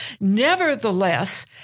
Nevertheless